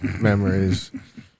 memories